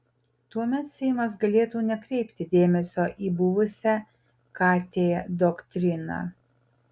tuomet seimas galėtų nekreipti dėmesio į buvusią kt doktriną